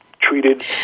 treated